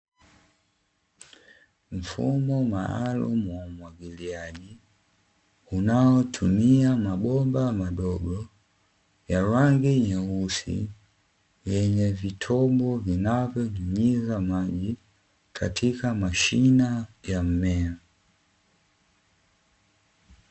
Mfumo maalumu wa umwagiliaji, unaotumia mabomba madogo, ya rangi nyeusi, yenye vitundu vinavyonyunyiza maji, katika mashina ya mmea.